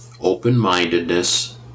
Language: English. open-mindedness